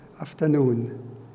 afternoon